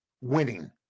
winning